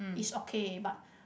it's okay but